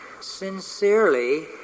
sincerely